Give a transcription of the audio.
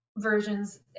versions